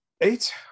eight